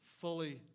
fully